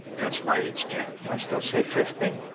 that's why it's ten. i still say fifteen.